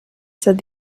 said